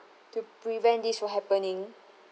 to prevent this from happening